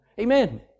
Amen